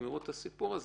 ויגמרו את הסיפור הזה.